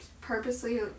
purposely